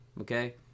Okay